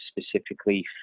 specifically